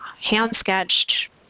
hand-sketched